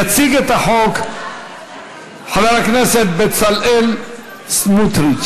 יציג את החוק חבר הכנסת בצלאל סמוטריץ.